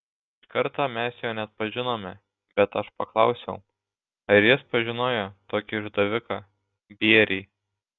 iš karto mes jo neatpažinome bet aš paklausiau ar jis pažinojo tokį išdaviką bierį